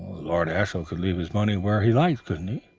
lord ashiel could leave his money where he liked, couldn't he?